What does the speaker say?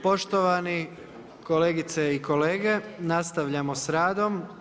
Poštovani kolegice i kolege, nastavljamo s radom.